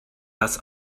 das